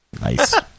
Nice